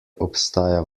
obstaja